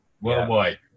worldwide